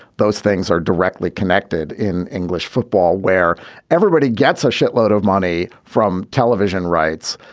those things are directly connected in english football, where everybody gets a shitload of money from television rights.